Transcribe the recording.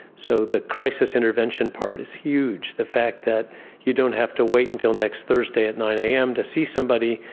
so the crisis intervention part is huge, the fact that you don't have to wait until next thursday at nine am to see somebody,